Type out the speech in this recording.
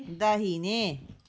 दाहिने